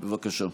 בבקשה.